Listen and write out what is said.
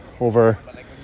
over